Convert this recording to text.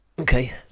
okay